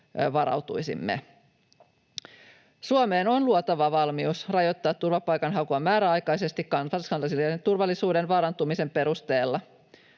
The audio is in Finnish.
varautuisimme. Suomeen on luotava valmius rajoittaa turvapaikanhakua määräaikaisesti kansallisen turvallisuuden vaarantumisen perusteella.